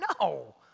No